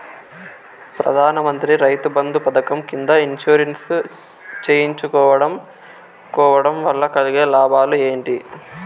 ప్రధాన మంత్రి రైతు బంధు పథకం కింద ఇన్సూరెన్సు చేయించుకోవడం కోవడం వల్ల కలిగే లాభాలు ఏంటి?